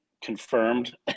confirmed